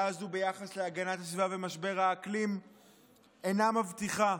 הזו ביחס להגנת הסביבה ומשבר האקלים אינה מבטיחה.